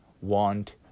want